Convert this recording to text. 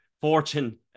Fortune